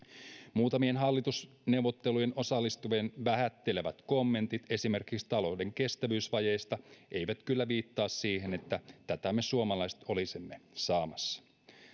muutamien hallitusneuvotteluihin osallistuvien vähättelevät kommentit esimerkiksi talouden kestävyysvajeesta eivät kyllä viittaa siihen että tätä me suomalaiset olisimme saamassa